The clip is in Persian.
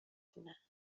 تونه